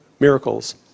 Miracles